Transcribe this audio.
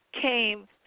came